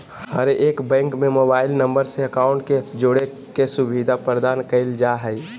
हरेक बैंक में mobile number से अकाउंट के जोड़े के सुविधा प्रदान कईल जा हइ